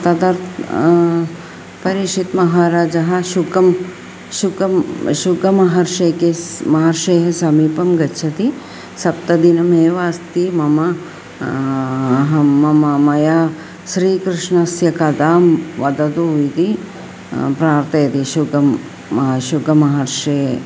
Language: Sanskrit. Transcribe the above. तदर्थं परीक्षितः महाराजः शुकं शुकं शुकमहर्षेः केस् महर्षेः समीपं गच्छति सप्तदिनमेव अस्ति मम अहं मम मया श्रीकृष्णस्य कथां वदतु इति प्रार् यति शुकं शुकमहर्षेः